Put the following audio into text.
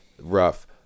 rough